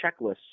checklists